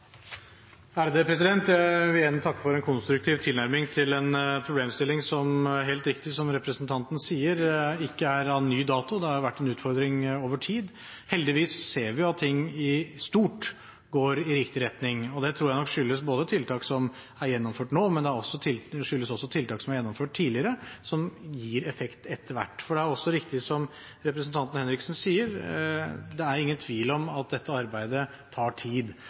Jeg vil igjen takke for en konstruktiv tilnærming til en problemstilling som representanten helt riktig sier ikke er av ny dato – det har vært en utfordring over tid. Heldigvis ser vi at ting i stort går i riktig retning. Det tror jeg nok skyldes tiltak som er gjennomført nå, men det skyldes også tiltak som er gjennomført tidligere, som gir effekt etter hvert. Det er også riktig som representanten Henriksen sier: Det er ingen tvil om at dette arbeidet tar tid.